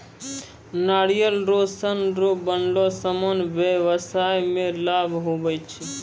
नारियल रो सन रो बनलो समान व्याबसाय मे लाभ हुवै छै